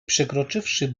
przekroczywszy